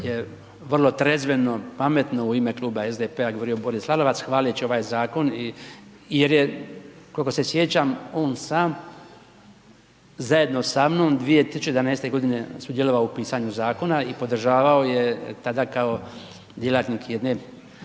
je vrlo trezveno, pametno u ime Kluba SDP-a govorio Boris Lalovac hvaleći ovaj zakon, jer je koliko se sjećam, on sam, zajedno sa mnom, 2011. sudjelovao u pisanju zakona i podržavao je tada kao djelatnik jedne